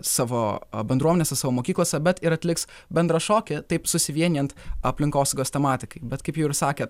savo bendruomenėse savo mokyklose bet ir atliks bendrą šokį taip susivienijant aplinkosaugos tematikai bet kaip jau ir sakėt